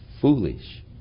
foolish